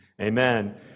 Amen